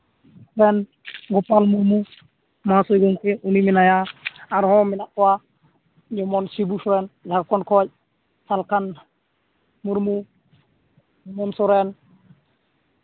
ᱨᱮᱱ ᱜᱳᱯᱟᱞ ᱢᱩᱨᱢᱩ ᱱᱚᱣᱟ ᱥᱮᱫ ᱨᱮᱱ ᱩᱱᱤ ᱢᱮᱱᱟᱭᱟ ᱟᱨᱦᱚᱸ ᱢᱮᱱᱟᱜ ᱠᱚᱣᱟ ᱡᱮᱢᱚᱱ ᱥᱤᱵᱩ ᱥᱚᱨᱮᱱ ᱡᱷᱟᱲᱠᱷᱚᱸᱰ ᱠᱷᱚᱱ ᱥᱟᱞᱠᱷᱟᱱ ᱢᱩᱨᱢᱩ ᱩᱢᱟᱹᱞ ᱥᱚᱨᱮᱱ